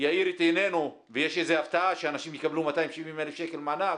יאיר את עיננו ויש איזו הפתעה שאנשים יקבלו 270,000 שקל מענק.